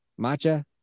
Matcha